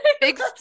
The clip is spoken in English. big